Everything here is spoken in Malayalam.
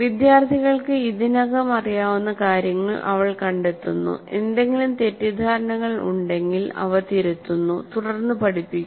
വിദ്യാർത്ഥികൾക്ക് ഇതിനകം അറിയാവുന്ന കാര്യങ്ങൾ അവൾ കണ്ടെത്തുന്നു ഏതെങ്കിലും തെറ്റിദ്ധാരണകൾ ഉണ്ടെങ്കിൽ അവ തിരുത്തുന്നു തുടർന്ന് പഠിപ്പിക്കുന്നു